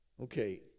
okay